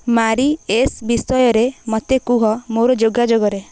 ମାରି ଏସ୍ ବିଷୟରେ ମୋତେ କୁହ ମୋର ଯୋଗା ଯୋଗରେ